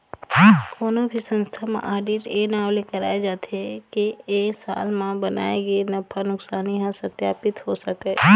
कोनो भी संस्था म आडिट ए नांव ले कराए जाथे के ए साल म बनाए गे नफा नुकसानी ह सत्पापित हो सकय